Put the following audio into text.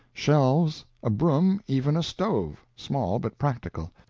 shelves, a broom, even a stove small, but practical.